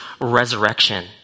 resurrection